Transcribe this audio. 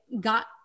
got